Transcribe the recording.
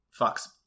fucks